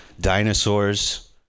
dinosaurs